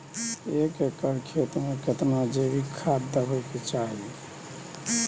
एक एकर खेत मे केतना जैविक खाद देबै के चाही?